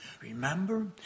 Remember